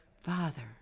Father